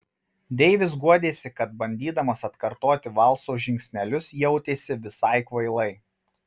deivis guodėsi kad bandydamas atkartoti valso žingsnelius jautėsi visai kvailai